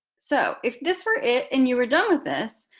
so if this were it and you were done with this,